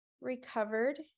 recovered